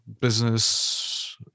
business